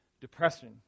depression